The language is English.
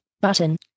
button